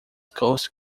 coast